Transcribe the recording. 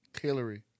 Hillary